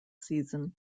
season